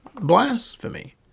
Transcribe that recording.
blasphemy